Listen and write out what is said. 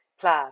plan